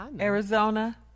Arizona